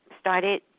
started